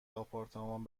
آپارتمان